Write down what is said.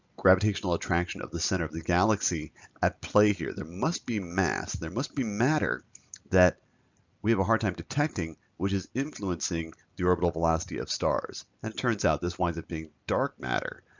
gravitational attraction of the center of the galaxy at play here. there must be mass, there must be matter that we have a hard time detecting which is influencing the orbital velocity of stars. and it turns out this winds up being dark matter,